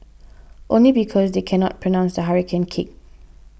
only because they cannot pronounce the hurricane kick